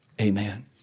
amen